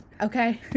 Okay